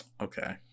okay